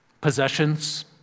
possessions